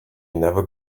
never